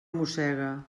mossega